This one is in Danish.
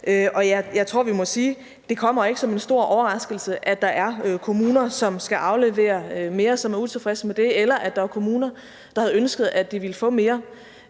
Jeg tror, vi må sige, at det ikke kommer som en stor overraskelse, at der er kommuner, som skal aflevere mere, og som er utilfredse med det, eller at der er kommuner, der havde ønsket, at de ville få mere.